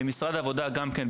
משרד העבודה - גם כן,